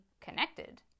connected